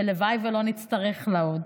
ולוואי שלא נצטרך לה עוד.